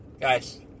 Guys